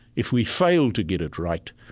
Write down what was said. if we fail to get it right,